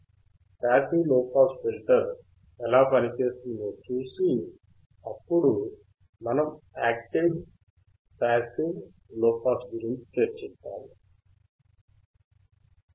passive low pass filter ఎలా పని చేస్తుందో చూసి అప్పుడు మనం యాక్టివ్ పాసివ్ లోపాస్ గురించి చర్చిద్దాము సరేనా